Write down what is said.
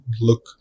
look